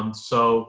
um so